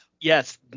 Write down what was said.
Yes